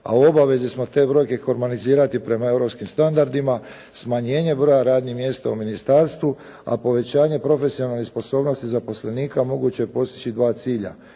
u obavezi smo te brojke hormonizirati prema europskim standardima, smanjenje broja radnih mjesta u ministarstvu, a povećanje profesionalnih sposobnosti zaposlenika moguće je postići dva cilja,